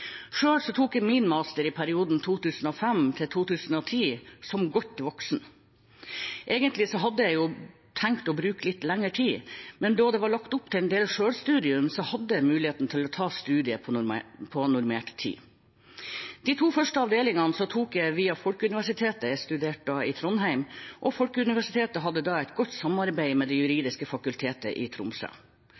tok jeg min master i perioden 2005–2010 som godt voksen. Egentlig hadde jeg tenkt å bruke litt lengre tid, men da det var lagt opp til en del selvstudium, hadde jeg muligheten til å ta studiet på normert tid. De to første avdelingene tok jeg via Folkeuniversitetet. Jeg studerte i Trondheim, og Folkeuniversitetet hadde da et godt samarbeid med Det juridiske fakultet i Tromsø.